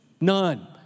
None